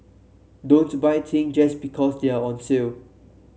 don't buy things just because they are on sale